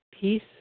peace